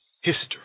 History